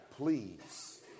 Please